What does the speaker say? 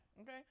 Okay